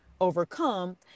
overcome